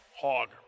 hog